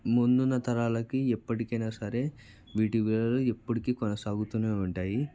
ముందున తరాలకి ఎప్పటికైనా సరే వీటి విలువ ఎప్పటికీ కొనసాగుతూనే ఉంటాయి